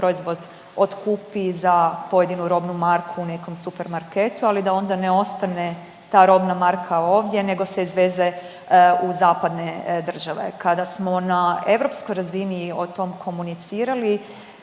proizvod otkupi za pojedinu robnu marku u nekom supermarketu, ali da onda ne ostane ta robna marka ovdje nego se izveze u zapadne države. Kada smo na europskoj razini o tom komunicirali